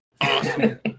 awesome